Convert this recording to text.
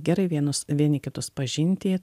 gerai vienus vieni kitus pažinti